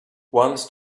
once